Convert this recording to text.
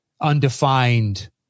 undefined